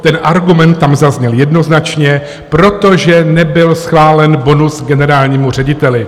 Ten argument tam zazněl jednoznačně: protože nebyl schválen bonus generálnímu řediteli.